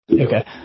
Okay